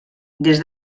des